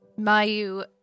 Mayu